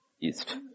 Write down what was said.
East